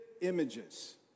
images